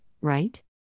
right